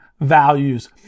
values